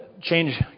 change